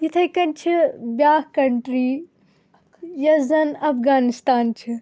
یِتھَے کٔنۍ چھِ بیٛاکھ کنٹرٛی یۄس زن افغانستان چھِ